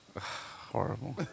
Horrible